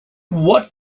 what